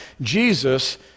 Jesus